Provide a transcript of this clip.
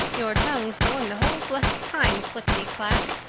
your tongues going the whole blessed time, clickety-clack.